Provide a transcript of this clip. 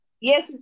Yes